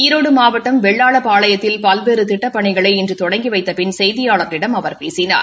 ஈரோடு மாவட்டம் வெள்ளாளப்பாளையத்தில் பல்வேறு திட்டப்பனிகளை இன்று தொடங்கி வைத்த பின் செய்தியாள்களிடம் அவர் பேசினார்